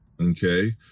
Okay